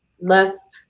less